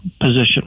position